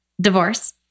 divorce